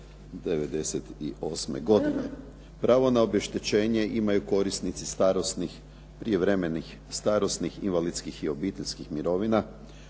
'98. godine.